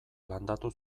landatu